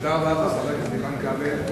תודה רבה לחבר הכנסת איתן כבל.